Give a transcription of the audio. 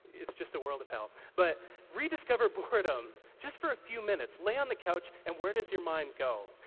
it's just a world of hell. but rediscover boredom, just for a few minutes. lay on the couch, and where does your mind go?